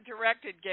directed